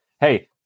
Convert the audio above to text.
hey